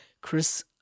Chris